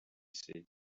said